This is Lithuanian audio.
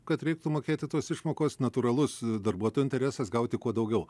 kad reiktų mokėti tos išmokos natūralus darbuotojo interesas gauti kuo daugiau